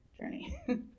journey